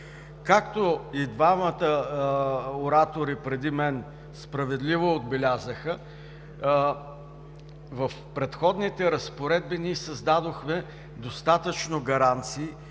Както и двамата оратори преди мен справедливо отбелязаха, в предходните разпоредби ние създадохме достатъчно гаранции